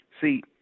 See